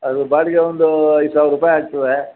ಅದು ಬಾಡಿಗೆ ಒಂದು ಐದು ಸಾವಿರ ರೂಪಾಯಿ ಆಗ್ತದೆ